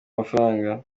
amafaranga